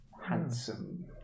handsome